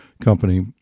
company